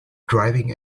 driving